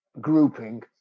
grouping